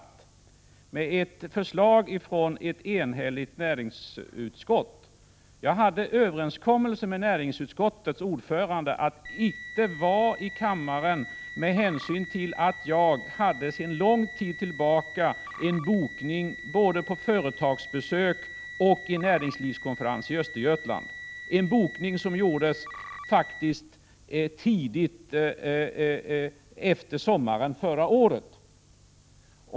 Det gällde då ett förslag från ett enhälligt näringsutskott, och jag hade träffat en överenskommelse med näringsutskottets ordförande om att jag inte behövde vara i kammaren då med hänsyn till att jag sedan lång tid tillbaka var inbokad på företagsbesök och en näringslivskonferens i Östergötland. Bokningarna gjordes faktiskt strax efter sommaren förra året.